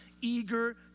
eager